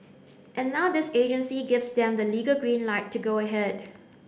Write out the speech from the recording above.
and now this agency gives them the legal green light to go ahead